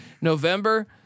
November